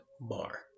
bar